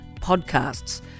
podcasts